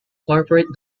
corporate